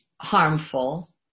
harmful